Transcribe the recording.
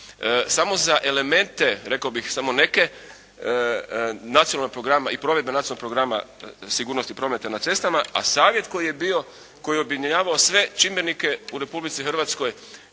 samo za elemente, rekao bih samo neke nacionalnog programa i provedbe nacionalnog programa sigurnosti prometa na cestama, a savjet koji je bio, koji je objedinjavao sve čimbenike u Republici Hrvatskoj